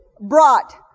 brought